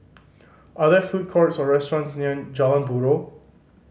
are there food courts or restaurants near Jalan Buroh